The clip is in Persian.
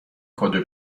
کادو